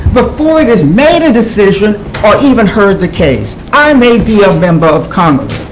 before it has made a decision or even heard the case. i may be a member of congress,